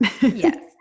Yes